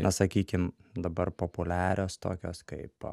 na sakykim dabar populiarios tokios kaip